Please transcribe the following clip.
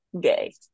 gay